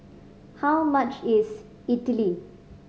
how much is Idili